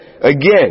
Again